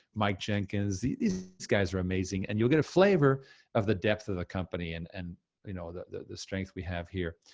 mike jenkins. these guys are amazing, and you'll get a flavor of the depth of the company, and and you know, the the strength we have here.